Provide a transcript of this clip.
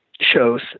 shows